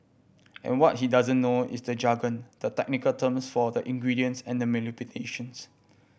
and what he doesn't know is the jargon the technical terms for the ingredients and manipulations